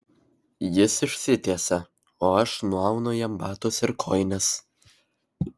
jis išsitiesia o aš nuaunu jam batus ir kojines